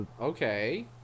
Okay